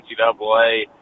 NCAA